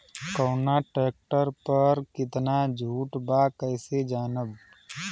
कवना ट्रेक्टर पर कितना छूट बा कैसे जानब?